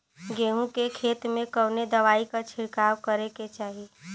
गेहूँ के खेत मे कवने दवाई क छिड़काव करे के चाही?